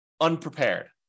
unprepared